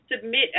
submit